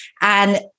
And-